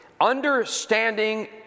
understanding